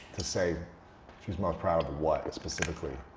to say she's most proud of what specifically?